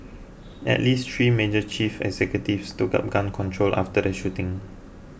at least three major chief executives took up gun control after the shooting